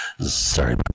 Sorry